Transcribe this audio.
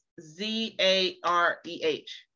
Z-A-R-E-H